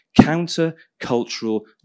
counter-cultural